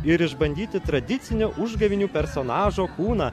ir išbandyti tradicinio užgavėnių personažo kūną